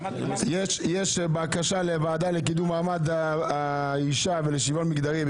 יש בקשה לקידום מעמד האישה ולשוויון מגדרי.